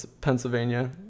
Pennsylvania